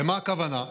למה הכוונה?